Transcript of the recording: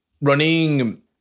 Running